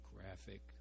graphic